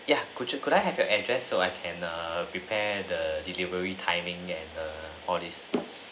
ya could you could I have your address so I can err prepare the delivery timing and err all these